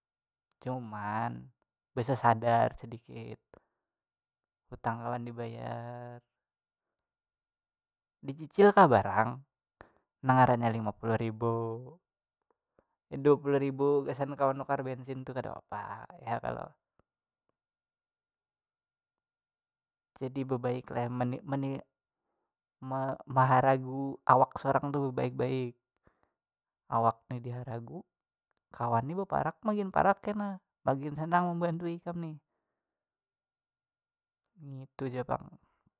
Cuman besesadar sedikit hutang kawan dibayar dicicil kah barang nang ngarannya lima puluh ribu dua puluh ribu gasan kawa nukar bensin tu kadapapa ya kalo jadi bebaik lah meni- meni- me- meheragu awak sorang tu bebaik baik awak ni diharagu kawan ni beparak magin parak kena magin senang membantui ikam ni ngitu ja pang.